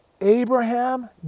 Abraham